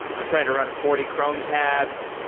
i'm trying to run forty chrome tabs.